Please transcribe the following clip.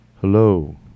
Hello